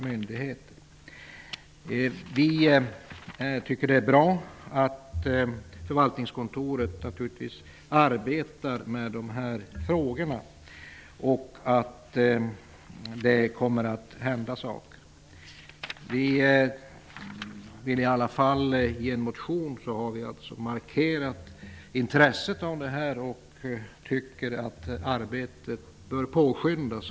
Naturligtvis tycker vi att det är bra att förvaltningskontoret arbetar med de här frågorna och att saker kommer att hända. I en motion markerar vi intresset för detta. Vi tycker att det här arbetet bör påskyndas.